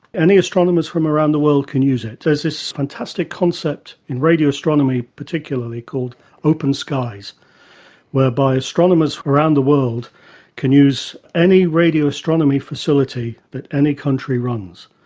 any astronomers from around the world can use it. there's this fantastic concept in radio astronomy particularly called open skies whereby astronomers from around the world can use any radio astronomy facility that any country runs.